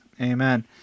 Amen